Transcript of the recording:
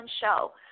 show